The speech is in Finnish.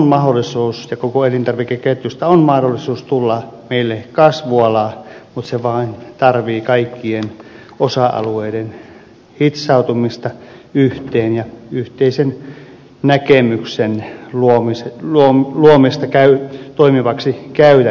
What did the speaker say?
ruokahuollosta ja koko elintarvikeketjusta on mahdollisuus tulla meille kasvuala mutta se tarvitsee kaikkien osa alueiden hitsautumista yhteen ja yhteisen näkemyksen luomista toimivaksi käytännöksi